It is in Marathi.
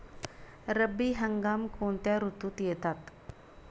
रब्बी हंगाम कोणत्या ऋतूत येतात?